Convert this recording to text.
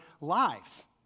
lives